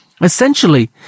Essentially